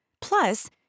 Plus